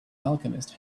alchemist